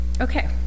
Okay